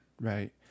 right